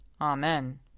Amen